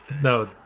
No